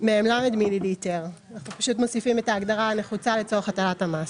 ""מ"ל"- מיליליטר"; מוסיפים את ההגדרה הנחוצה לצורך הטלת המס.